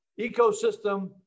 ecosystem